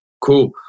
Cool